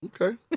Okay